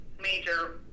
major